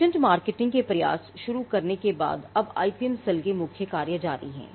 patent marketing के प्रयास शुरू करने के बाद अब आईपीएम सेल के मुख्य कार्य जारी हैं